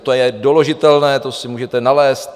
To je doložitelné, to si můžete nalézt.